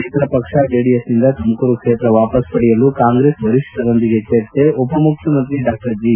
ಮಿತ್ರ ಪಕ್ಷ ಜೆಡಿಎಸ್ನಿಂದ ತುಮಕೂರು ಕ್ಷೇತ್ರ ವಾಪಸ್ ಪಡೆಯಲು ಕಾಂಗ್ರೆಸ್ ವರಿಷ್ಠರೊಂದಿಗೆ ಚರ್ಚೆ ಉಪಮುಖ್ಯಮಂತ್ರಿ ಡಾ ಜಿ